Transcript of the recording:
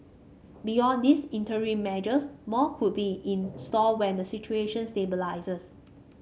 beyond these interim measures more could be in store when the situation stabilises